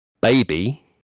baby